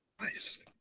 nice